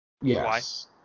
Yes